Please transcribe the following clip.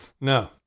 No